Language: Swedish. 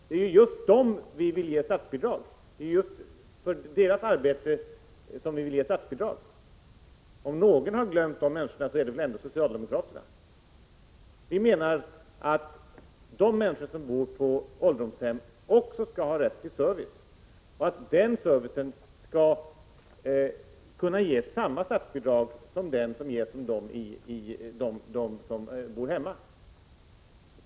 Det är ju just för deras arbetsinsatser som vi vill ge statsbidrag. Om någon har glömt dessa människor är det väl ändå socialdemokraterna. Vi anser att de människor som bor på ålderdomshem också skall ha rätt till service, och att den servicen skall kunna få samma statsbidrag som den service som ges till dem som bor hemma.